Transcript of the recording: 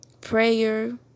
prayer